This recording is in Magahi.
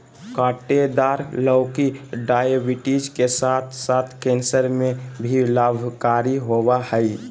काँटेदार लौकी डायबिटीज के साथ साथ कैंसर में भी लाभकारी होबा हइ